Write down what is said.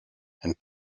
and